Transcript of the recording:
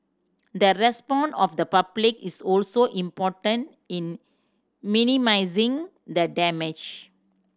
the response of the public is also important in minimising the damage